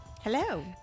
Hello